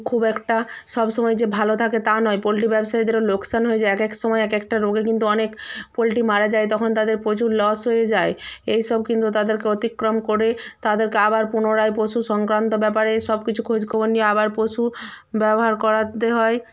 খুব একটা সব সময় যে ভালো থাকে তা নয় পোল্ট্রি ব্যবসায়ীদেরও লোকশান হয়ে যায় একেক সময় একেকটা রোগে কিন্তু অনেক পোল্ট্রি মারা যায় তখন তাদের প্রচুর লস হয়ে যায় এই সব কিন্তু তাদেরকে অতিক্রম করে তাদেরকে আবার পুনরায় পশু সংক্রান্ত ব্যাপারে সব কিছু খোঁজ খবর নিয়ে আবার পশু ব্যবহার করাতে হয়